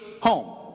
home